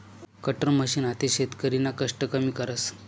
cutter machine आते शेतकरीना कष्ट कमी करस